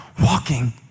walking